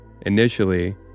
Initially